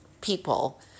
people